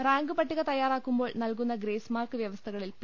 rank പട്ടിക തയ്യാറാക്കുമ്പോൾ നൽകുന്ന ഗ്രേസ് മാർക്ക് വൃവസ്ഥകളിൽ പി